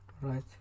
Right